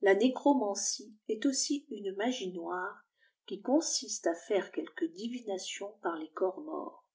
la nécromancie est aussi une mae noire qui consiste à faire quelque divination par les corps morts